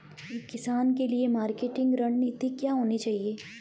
एक किसान के लिए मार्केटिंग रणनीति क्या होनी चाहिए?